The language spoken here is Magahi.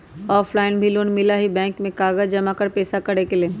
ऑफलाइन भी लोन मिलहई बैंक में कागज जमाकर पेशा करेके लेल?